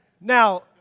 Now